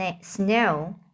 snow